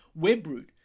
Webroot